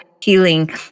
healing